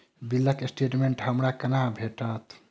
बिलक स्टेटमेंट हमरा केना भेटत?